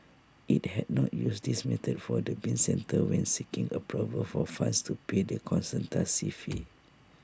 IT had not used this method for the bin centre when seeking approval for funds to pay the consultancy fee